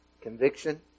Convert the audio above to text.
conviction